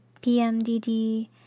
PMDD